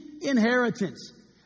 inheritance